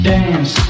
Dance